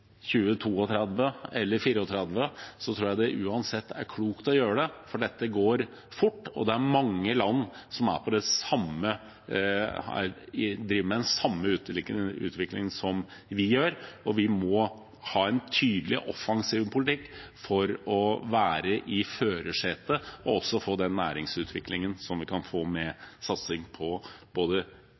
eller 2034, tror jeg det uansett er klokt å gjøre det, for dette går fort, og det er mange land som driver med den samme utviklingen som vi gjør. Vi må ha en tydelig, offensiv politikk for å være i førersetet og også få den næringsutviklingen vi kan få med satsing på både